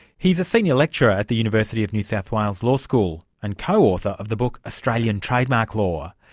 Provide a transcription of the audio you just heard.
he's a senior lecturer at the university of new south wales law school, and co-author of the book australian trademark law.